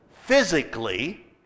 physically